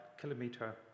kilometer